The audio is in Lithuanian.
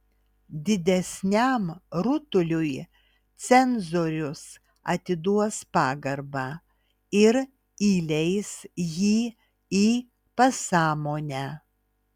didesniam rutuliui cenzorius atiduos pagarbą ir įleis jį į pasąmonę